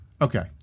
Okay